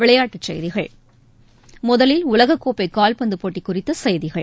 விளையாட்டுச் செய்திகள் முதலில் உலகக்கோப்பைகால்பந்துபோட்டிக் குறித்தசெய்திகள்